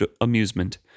amusement